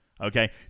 okay